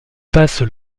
passent